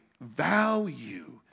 value